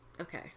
Okay